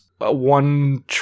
one